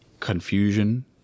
Confusion